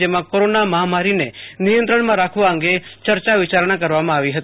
જેમાં કોરોના મહામારીને નિયત્રણમાં રાખવા અંગે ચર્ચા વિચારણા કરવામાં આવી હતી